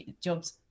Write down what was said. jobs